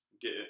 get